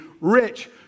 rich